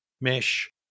mesh